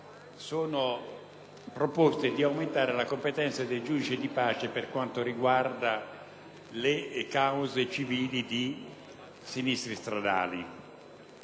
proposte volte ad aumentare le competenze dei giudici di pace per quanto riguarda le cause civili di sinistri stradali.